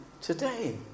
today